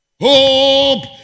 Hope